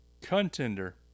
contender